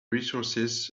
resources